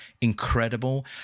Incredible